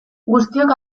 guztiok